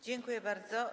Dziękuję bardzo.